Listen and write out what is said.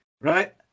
Right